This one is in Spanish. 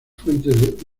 fuentes